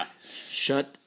shut –